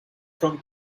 from